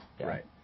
Right